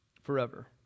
forever